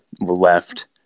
left